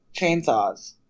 chainsaws